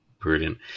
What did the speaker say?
brilliant